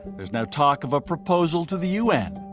there's now talk of a proposal to the un.